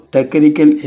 Technical